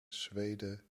zweden